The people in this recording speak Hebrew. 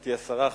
גברתי השרה,